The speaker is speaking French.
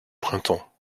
printemps